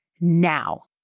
now